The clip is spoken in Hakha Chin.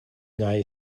ngai